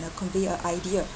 and convey a idea